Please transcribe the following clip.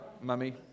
mummy